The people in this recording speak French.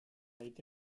été